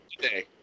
today